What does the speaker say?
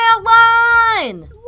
line